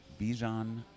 Bijan